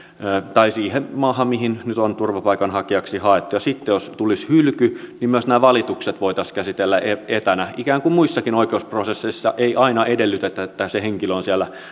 tai siihen maahan mihin nyt on turvapaikanhakijaksi haettu sitten jos tulisi hylky niin myös nämä valitukset voitaisiin käsitellä etänä ikään kuin muissakin oikeusprosesseissa joissa ei aina edellytetä että se henkilö on siellä